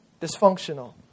Dysfunctional